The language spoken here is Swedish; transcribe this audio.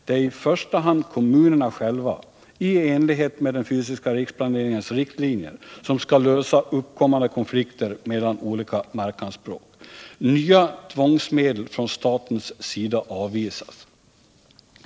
Det är i första hand kommunerna själva, i enlighet med den fysiska riksplaneringens riktlinjer, som skall lösa uppkommande konflikter mellan olika markanspråk. Nya tvångsmedel från statens sida avvisas.